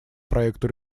проекту